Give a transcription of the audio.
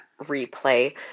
replay